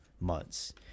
months